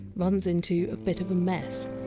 runs into a bit of mess.